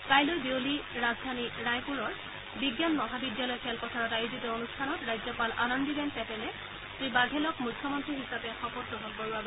কাইলৈ বিয়লি ৰাজধানী ৰায়পুৰৰ বিজ্ঞান মহাবিদ্যালয় খেলপথাৰত আয়োজিত অনুষ্ঠানত ৰাজ্যপাল আনন্দীবেন পেটেলে শ্ৰী বাঘেলক মুখ্যমন্ত্ৰী হিচাপে শপতগ্ৰহণ কৰোৱাব